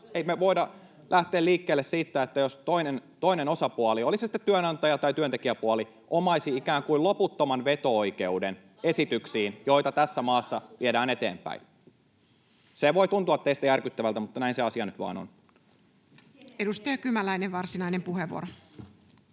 ei me voida lähteä liikkeelle siitä, että toinen osapuoli, oli se sitten työnantaja- tai työntekijäpuoli, omaisi ikään kuin loputtoman veto-oikeuden esityksiin, joita tässä maassa viedään eteenpäin. Se voi tuntua teistä järkyttävältä, mutta näin se asia nyt vain on. [Riitta Mäkinen: Kenen mielestä?